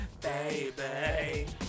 baby